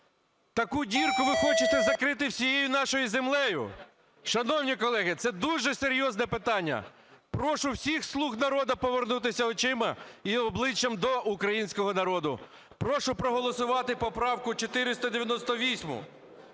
Таку дірку ви хочете закрити всією нашою землею. Шановні колеги, це дуже серйозне питання. Прошу всіх "слуг народу" повернутися очима і обличчям до українського народу. Прошу проголосувати поправку 498.